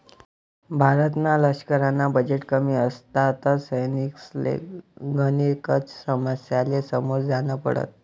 भारतना लशकरना बजेट कमी असता तर सैनिकसले गनेकच समस्यासले समोर जान पडत